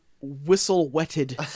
whistle-wetted